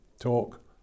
talk